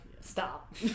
stop